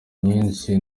nyinshi